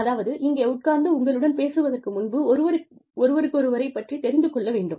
அதாவது இங்கே உட்கார்ந்து உங்களுடன் பேசுவதற்கு முன்பு ஒருவருக்கொருவரைப் பற்றி தெரிந்து கொள்ள வேண்டும்